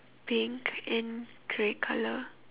pink and grey colour